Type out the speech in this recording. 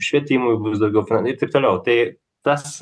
švietimui bus daugiau fin ir toliau tai tas